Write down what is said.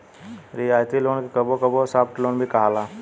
रियायती लोन के कबो कबो सॉफ्ट लोन भी कहाला